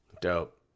Dope